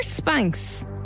Spanks